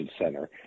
center